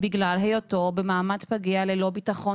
בגלל היותו במעמד פגיע ללא ביטחון תעסוקתי.